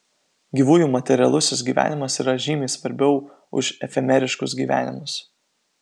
gyvųjų materialusis gyvenimas yra žymiai svarbiau už efemeriškus gyvenimus